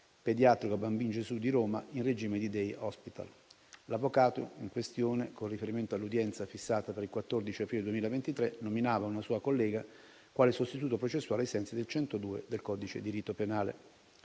pediatrico Bambin Gesù di Roma in regime di *day hospital*. L'avvocato in questione, con riferimento all'udienza fissata per il 14 aprile 2023, nominava una sua collega quale sostituto processuale ai sensi dell'articolo 102 del codice di rito penale.